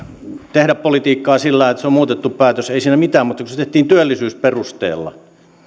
tehdä politiikkaa sillä että se on muutettu päätös ei siinä mitään mutta kun se tehtiin työllisyysperusteella